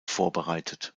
vorbereitet